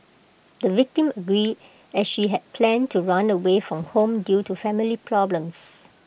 the victim agreed as she had planned to run away from home due to family problems